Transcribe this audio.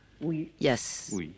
Yes